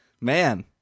Man